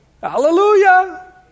hallelujah